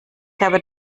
habe